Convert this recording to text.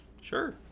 sure